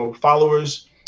followers